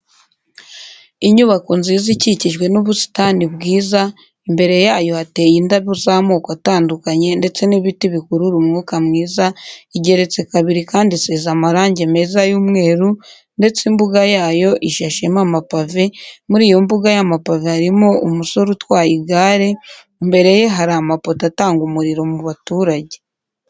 Inyubabo nziza ikikijwe n'ubusitani bwiza, imbere yayo hateye indabo z'amoko atandukanye ndetse n'ibiti bikurura umwuka mwiza, igeretse kabiri kandi isize amarange meza y'umweru ndetse imbuga yayo isashemo amapave, muri iyo mbuga y'amapave harimo umusore utwaye igare, imbere ye hari amapoto atanga umuriro mu baturage.